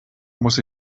muss